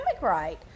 right